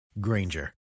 Granger